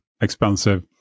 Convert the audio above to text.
expensive